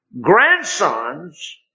grandsons